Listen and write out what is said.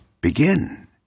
begin